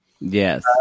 Yes